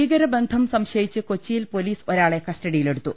ഭീകരബന്ധം സംശയിച്ച് കൊച്ചിയിൽ പൊലീസ് ഒരാളെ കസ്റ്റഡിയിലെടുത്തു